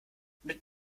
mit